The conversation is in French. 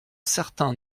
certain